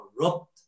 corrupt